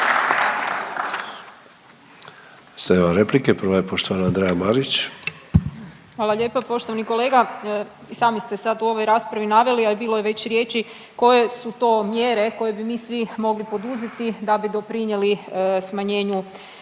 Sad imamo replike. Prva je poštovana Andreja Marić. **Marić, Andreja (SDP)** Hvala lijepa poštovani kolega. I sami ste sad u ovoj raspravi naveli, a i bilo je već riječi koje su to mjere koje bi mi svi mogli poduzeti da bi doprinijeli smanjenju